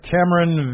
Cameron